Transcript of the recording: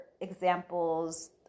examples